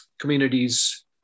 communities